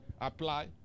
apply